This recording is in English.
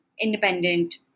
independent